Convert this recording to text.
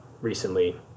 recently